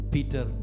Peter